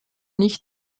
nicht